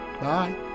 Bye